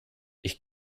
ich